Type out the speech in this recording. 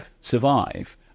survive